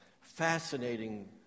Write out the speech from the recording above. Fascinating